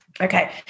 Okay